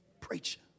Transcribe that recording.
preacher